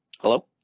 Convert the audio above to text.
Hello